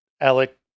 Alec